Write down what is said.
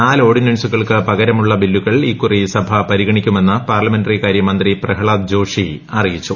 നാല് ഓർഡിനൻസുകൾക്ക് പകരമുള്ള ബില്ലുകൾ ഇക്കുറി സഭ പരിഗണിക്കുമെന്ന് പാർലമെന്ററികാര്യ മന്ത്രി പ്രഹ്ളാദ് ജോഷി അറിയിച്ചു